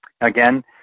Again